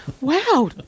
Wow